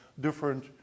different